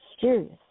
Serious